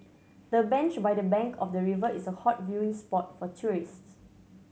the bench by the bank of the river is a hot viewing spot for tourists